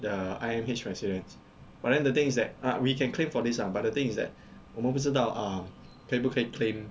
the I_M_H residents but then the thing is that uh we can claim for this ah but the thing is that 我们不知道 uh 可以不可以 claim